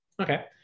Okay